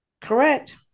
Correct